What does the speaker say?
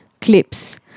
Clips